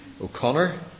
O'Connor